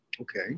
Okay